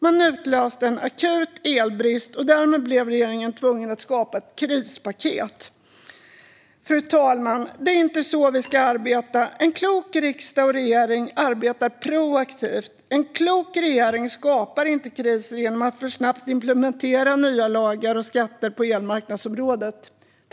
Man utlöste en akut elbrist, och därmed blev regeringen tvungen att skapa ett krispaket. Fru talman! Det är inte så vi ska arbeta. En klok riksdag och regering arbetar proaktivt. En klok regering skapar inte kriser genom att alltför snabbt implementera nya lagar och skatter på elmarknadsområdet.